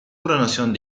coronación